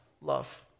love